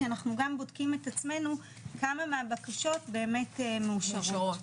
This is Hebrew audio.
כי אנחנו גם בודקים את עצמינו כמה מהבקשות באמת מאושרות?